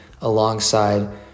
alongside